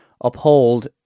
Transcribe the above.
uphold